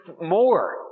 more